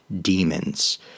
demons